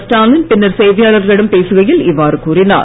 ஸ்டாலின் பின்னர் செய்தியாளர்களிடம் பேசுகையில் இவ்வாறு கூறினார்